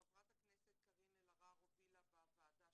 חברת הכנסת קארין אלהרר הובילה בוועדה